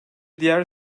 diğer